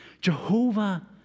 Jehovah